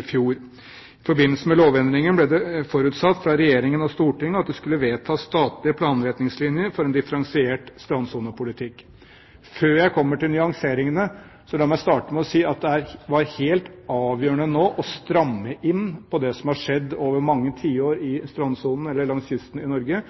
i fjor. I forbindelse med lovendringen ble det forutsatt fra regjering og storting at det skulle vedtas statlige planretningslinjer for en differensiert strandsonepolitikk. Før jeg kommer til nyanseringene, så la meg starte med å si at det var helt avgjørende nå å stramme inn på det som har pågått over mange tiår i strandsonen, eller langs kysten i Norge.